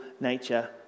nature